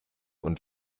und